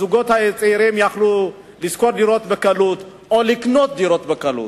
והזוגות הצעירים יוכלו לשכור דירות בקלות או לקנות דירות בקלות.